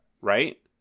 right